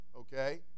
Okay